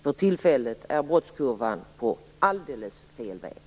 För tillfället är den på alldeles fel väg.